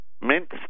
Mint